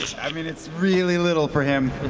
i mean it's really little for him.